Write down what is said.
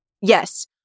Yes